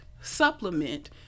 supplement